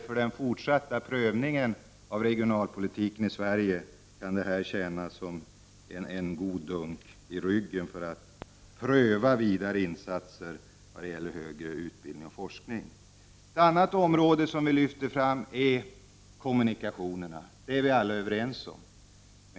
För den fortsatta prövningen av regionalpolitiken i Sverige kan det här tjäna som en god dunk i ryggen för att pröva vidare insatser vad gäller högre utbildning och forskning. Ett annat område som vi lyfter fram är kommunikationerna.